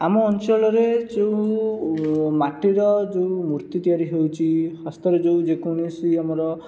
ଆମ ଅଞ୍ଚଳରେ ଯେଉଁ ମାଟିର ଯେଉଁ ମୂର୍ତ୍ତି ତିଆରି ହେଉଛି ହସ୍ତରେ ଯେଉଁ ଯେକୌଣସି ଆମର